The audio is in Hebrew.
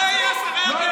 מי היו שרי הביטחון?